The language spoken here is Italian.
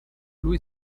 lui